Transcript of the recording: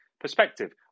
perspective